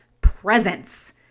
presence